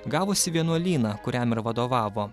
gavusi vienuolyną kuriam ir vadovavo